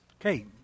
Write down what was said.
Okay